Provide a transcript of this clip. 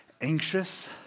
anxious